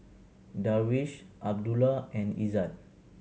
Darwish Abdullah and Izzat